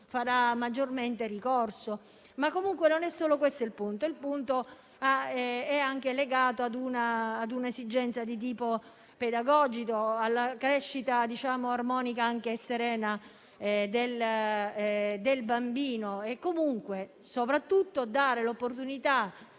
farà maggiormente ricorso. Comunque, non è solo questo il punto. Il punto è anche legato a una esigenza di tipo pedagogico, alla crescita armonica, anche serena, del bambino e, soprattutto, a dare l'opportunità